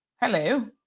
Hello